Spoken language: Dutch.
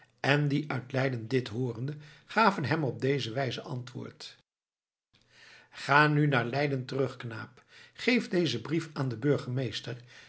en die uit leiden dit hoorende gaven hem op dezelfde wijze antwoord ga nu naar leiden terug knaap geef dezen brief aan den burgemeester